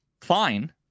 fine